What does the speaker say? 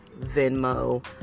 Venmo